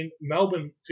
Melbourne